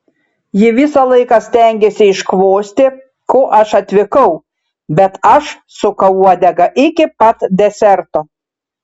ji visą laiką stengėsi iškvosti ko aš atvykau bet aš sukau uodegą iki pat deserto